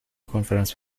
کنفرانس